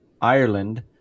Ireland